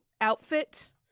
outfit